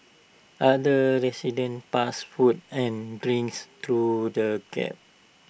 other residents passed food and drinks through the gap